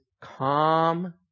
Calm